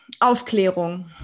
Aufklärung